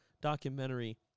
documentary